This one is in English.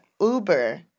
Uber